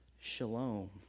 shalom